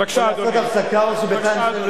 או לעשות הפסקה או שבכלל אני אפילו לא אשיב.